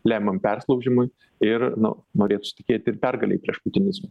lemiamam persilaužimui ir nu norėtųsi tikėti ir pergalei prieš putinizmą